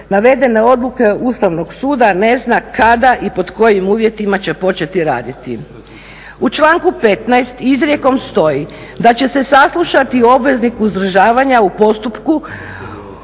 navedene odluke Ustavnog suda ne zna kada i pod kojim uvjetima će početi raditi. U članku 15. izrijekom stoji da će se saslušati obveznik uzdržavanja u postupku